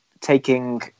taking